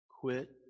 Quit